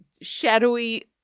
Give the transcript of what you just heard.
shadowy